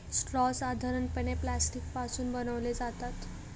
straw साधारणपणे plastic पासून बनवले जातात